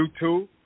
YouTube